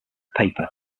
paper